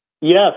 Yes